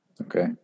Okay